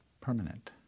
permanent